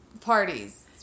parties